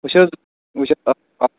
وُچھ حظ وُچھ حظ آ آ